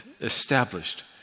established